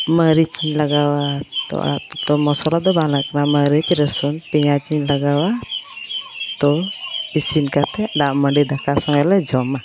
ᱢᱟᱹᱨᱤᱪ ᱤᱧ ᱞᱟᱜᱟᱣᱟ ᱛᱳ ᱟᱲᱟᱜ ᱩᱛᱩ ᱛᱚ ᱢᱚᱥᱞᱟᱫᱚ ᱵᱟᱝ ᱞᱟᱜᱟᱜ ᱠᱟᱱᱟ ᱢᱟᱹᱨᱤᱪ ᱨᱟᱹᱥᱩᱱ ᱯᱮᱸᱭᱟᱡᱽ ᱤᱧ ᱞᱟᱜᱟᱣᱟ ᱛᱳ ᱤᱥᱤᱱ ᱠᱟᱛᱮᱫ ᱫᱟᱜᱢᱟᱺᱰᱤ ᱫᱟᱠᱟ ᱥᱚᱸᱜᱮᱡᱞᱮ ᱡᱚᱢᱟ